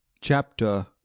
Chapter